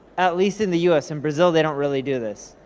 at least in the us, in brazil they don't really do this.